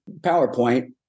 PowerPoint